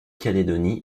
calédonie